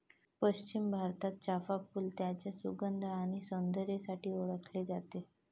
पश्चिम भारतात, चाफ़ा फूल त्याच्या सुगंध आणि सौंदर्यासाठी ओळखले जाते